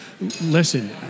listen